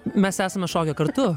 mes esame šokę kartu